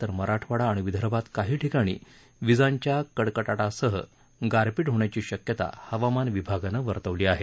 तर मराठवाडा आणि विदर्भात काही ठिकाणी विजांच्या कडकडाटासह गारपीट होण्याची शक्यता हवामान विभागानं वर्तवली आहे